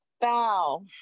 Bow